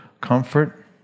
comfort